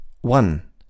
One